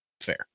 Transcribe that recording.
Fair